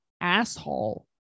asshole